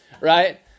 right